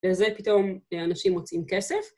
וזה פתאום לאנשים מוצאים כסף.